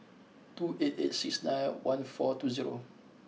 two eight eight six nine one four two zero